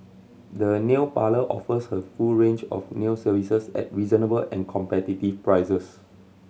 the nail parlour offers a full range of nail services at reasonable and competitive prices